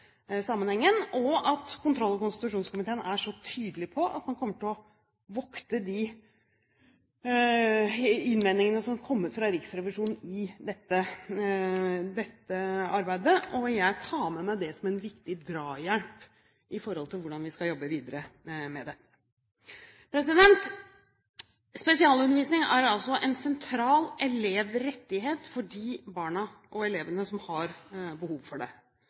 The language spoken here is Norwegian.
sammenhengen. Jeg er også fornøyd med at kontroll- og konstitusjonskomiteen er så tydelig på at man kommer til å vokte de innvendingene som er kommet fra Riksrevisjonen i dette arbeidet. Jeg tar med meg det som en viktig drahjelp i forhold til hvordan vi skal jobbe videre med dette. Spesialundervisning er en sentral elevrettighet for de barna, de elevene, som har behov for det.